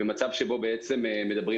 מדברים